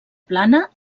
plana